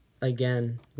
again